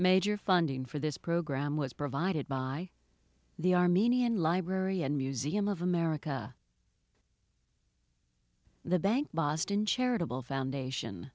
funding for this program was provided by the armenian library and museum of america the bank boston charitable foundation